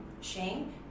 shame